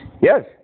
Yes